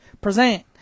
Present